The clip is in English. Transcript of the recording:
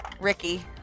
Ricky